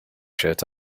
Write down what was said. shirt